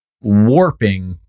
warping